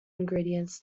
ingredients